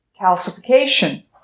calcification